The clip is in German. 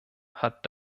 hat